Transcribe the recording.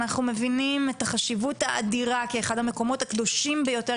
אנחנו מבינים את החשיבות האדירה כאחד המקומות הקדושים ביותר,